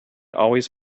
always